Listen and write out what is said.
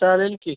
चालेल की